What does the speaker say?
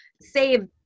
save